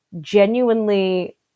genuinely